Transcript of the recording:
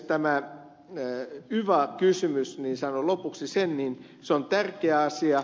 tämä yva kysymys sanon lopuksi sen on tärkeä asia